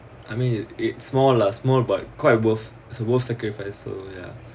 I mean it's it's small lah small but quite worth so it's worth sacrifice so ya